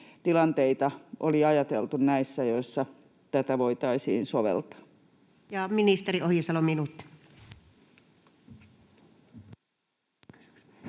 tilanteita oli ajateltu näissä, joissa tätä voitaisiin soveltaa? Ja ministeri Ohisalo, minuutti.